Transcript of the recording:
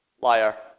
Liar